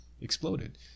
exploded